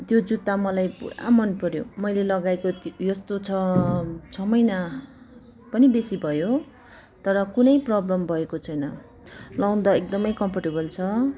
त्यो जुत्ता मलाई पुरा मन पर्यो मैले लगाएको त्यो यस्तो छ छ महिना पनि बेसी भयो तर कुनै प्रोब्लम भएको छैन लगाउँदा एकदम कम्फर्टेबल छ